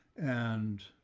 and